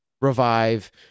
revive